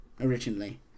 originally